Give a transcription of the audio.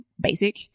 basic